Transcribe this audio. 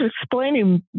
explaining